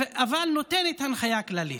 אבל הנחיה כללית.